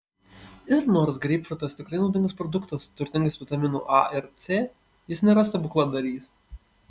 ir nors greipfrutas tikrai naudingas produktas turtingas vitaminų a ir c jis nėra stebukladarys